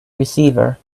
receiver